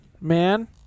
man